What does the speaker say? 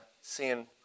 seeing